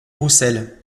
roussel